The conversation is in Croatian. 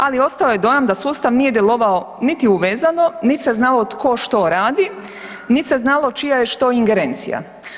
Ali ostao je dojam da sustav nije djelovao niti uvezano, niti se znalo tko što radi, niti se znalo čija je što ingerencija.